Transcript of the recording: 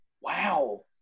wow